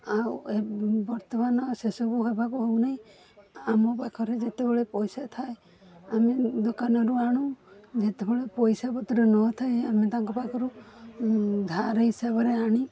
ଆଉ ବର୍ତ୍ତମାନ ସେ ସବୁ ହେବାକୁ ହେଉନାହିଁ ଆମ ପାଖରେ ଯେତେବେଳେ ପଇସା ଥାଏ ଆମେ ଦୋକାନରୁ ଆଣୁ ଯେତେବେଳେ ପଇସାପତ୍ର ନ ଥାଏ ଆମେ ତାଙ୍କ ପାଖରୁ ଧାର ହିସାବରେ ଆଣି